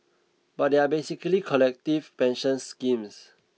but they are basically collective pension schemes